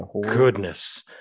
goodness